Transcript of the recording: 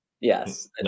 Yes